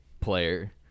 player